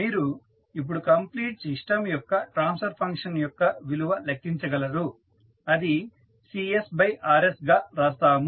మీరు ఇప్పుడు complete system యొక్క ట్రాన్స్ఫర్ ఫంక్షన్ యొక్క విలువ లెక్కించ గలరు అది CsRs గా వ్రాస్తాము